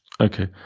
Okay